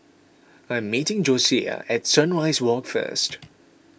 I am meeting Josiah at Sunrise Walk first